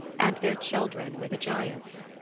and their children were the giants.